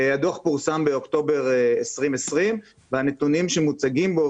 הדוח פורסם באוקטובר 2020 והנתונים שמוצגים בו,